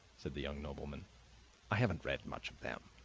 said the young nobleman i haven't read much of them.